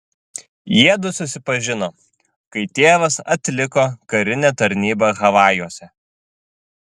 jiedu susipažino kai tėvas atliko karinę tarnybą havajuose